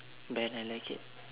band I like it